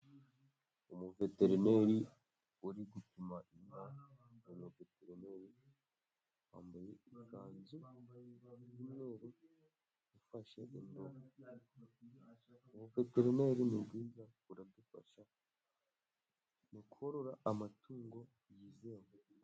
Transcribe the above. Umuveterineri uri gupima inka, ni umuveterineri wambaye ikanzu y'umweru, ufashe indobo. Ubuveterineri ni bwiza buradufasha, mu korora amatungo yizewe.